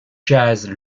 jazz